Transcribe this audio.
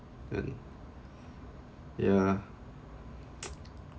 then ya